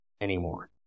anymore